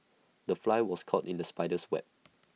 the fly was caught in the spider's web